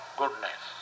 goodness